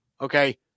okay